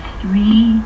three